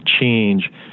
change